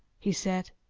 he said,